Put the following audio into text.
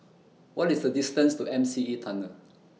What IS The distance to M C E Tunnel